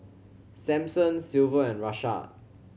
Samson Silver and Rashaad